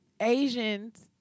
Asians